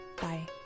Bye